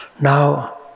Now